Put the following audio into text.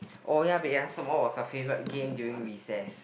owa peya som what was your favorite game during recess